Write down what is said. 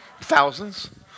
Thousands